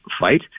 fight